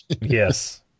yes